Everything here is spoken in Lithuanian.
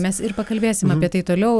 mes ir pakalbėsime apie tai toliau